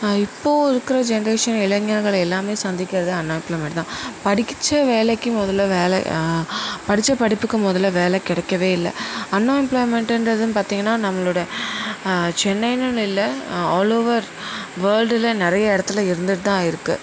இப்போது இருக்கிற ஜென்ரேஷன் இளைஞர்கள் எல்லாமே சந்திக்கிறது அன் எம்ப்ளாய்மெண்ட்தான் படிக்ச்ச வேலைக்கு முதல வேலை படித்த படிப்புக்கு முதல வேலை கிடைக்கவே இல்லை அன் எம்ப்ளாய்மெண்ட்டுன்றது வந்து பார்த்திங்கன்னா நம்மளோடய சென்னைன்னு இல்லை ஆலோவர் வேர்ல்டில் நிறைய இடத்துல இருந்துட்டுதான் இருக்குது